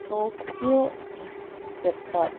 Tokyo in Japan